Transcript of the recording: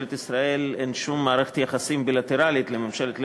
לממשלת ישראל אין שום מערכת יחסים בילטרלית עם ממשלת לבנון,